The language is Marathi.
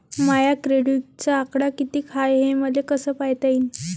माया क्रेडिटचा आकडा कितीक हाय हे मले कस पायता येईन?